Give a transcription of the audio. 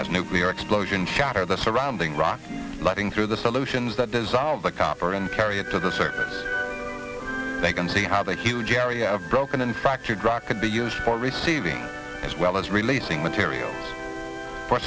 a nuclear explosion shattered the surrounding rock letting through the solutions that dissolve the copper and carry it to the surface they can see how the huge area of broken and fractured grab could be used for receiving as well as releasing materials for